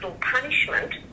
Punishment